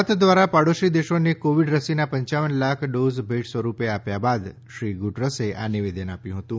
ભારત દ્વારા પાડોશી દેશોને કોવિડ રસીનાં પંચ્યાવન લાખ ડોઝ ભેટ સ્વરૂપે આપ્યા બાદ શ્રી ગુટરશેનું આ નિવેદન આપ્યુ હતું